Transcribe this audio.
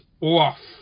off